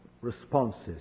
responses